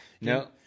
no